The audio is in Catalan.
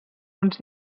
uns